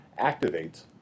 activates